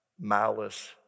malice